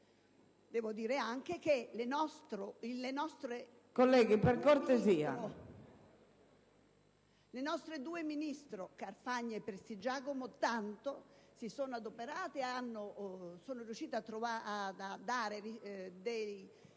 Devo dire che le nostre due ministre Carfagna e Prestigiacomo tanto si sono adoperate e sono riuscite ad ottenere